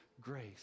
grace